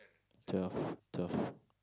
twelve twelve